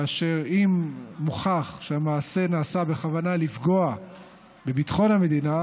ואם מוכח שהמעשה נעשה בכוונה לפגוע בביטחון המדינה